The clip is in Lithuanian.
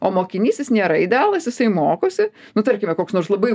o mokinys jis nėra idealas jisai mokosi nu tarkime koks nors labai